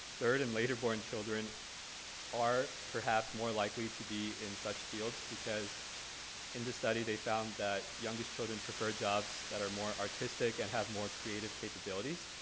third and later born children are perhaps more likely to be in such fields because in the study they found that youngest children prefer jobs that are more artistic and have more creative capabilities.